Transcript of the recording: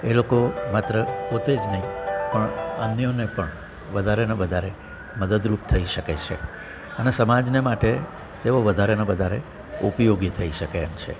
એ લોકો માત્ર પોતે જ નહીં પણ અન્યોને પણ વધારેને વધારે મદદરૂપ થઈ શકે છે અને સમાજને માટે તેઓ વધારેને વધારે ઉપયોગી થઈ શકે એમ છે